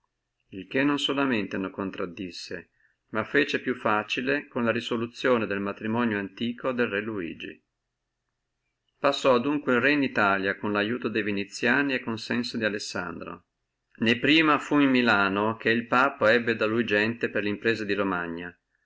il che non solamente non contradisse ma lo fe più facile con la resoluzione del matrimonio antiquo del re luigi passò adunque il re in italia con lo aiuto de viniziani e consenso di alessandro né prima fu in milano che il papa ebbe da lui gente per la impresa di romagna